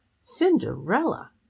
Cinderella